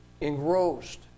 engrossed